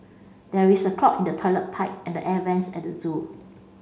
there is a clog in the toilet pipe and the air vents at the zoo